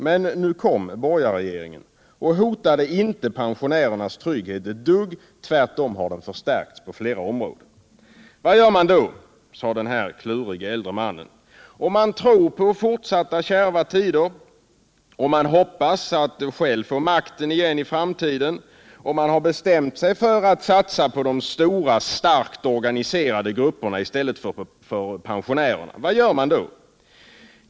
Men nu kom borgarregeringen, och den hotade inte pensionärernas trygghet ett dugg, tvärtom har den förstärkts på flera områden. Vad gör man då, sade den klurige äldre mannen - om man tror på fortsatta kärva tider, om man hoppas själv få makten i framtiden, om man har bestämt sig för att satsa på de stora starkt organiserade grupperna i stället för på pensionärerna?